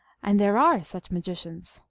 and there are such magicians.